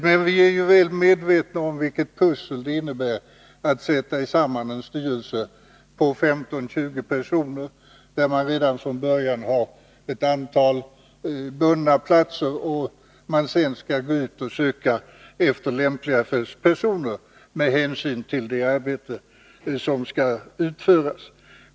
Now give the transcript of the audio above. Men vi är väl medvetna om vilket pussel det innebär att sätta samman en styrelse på 15-20 personer, där man redan från början har ett antal bundna platser och sedan skall gå ut och söka efter lämpliga personer med hänsyn till det arbete som skall utföras.